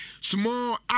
small